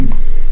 2 आहे